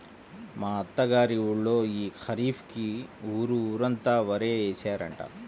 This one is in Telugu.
మా అత్త గారి ఊళ్ళో యీ ఖరీఫ్ కి ఊరు ఊరంతా వరే యేశారంట